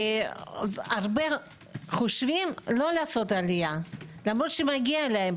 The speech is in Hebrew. הרבה חושבים לא לעשות לעלייה למרות שמגיע להם.